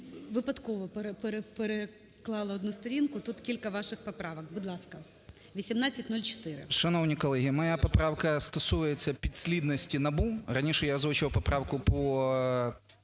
Випадково переклала одну сторінку, тут кілька ваших поправок. Будь ласка. 1804. 13:39:06 РІЗАНЕНКО П.О. Шановні колеги, моя поправка стосується підслідності НАБУ. Раніше я озвучував поправку по,